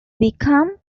become